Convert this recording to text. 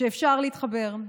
שאפשר להתחבר,